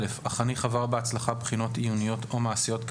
(א)החניך עבר בהצלחה בחינות עיוניות או מעשיות,